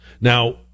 Now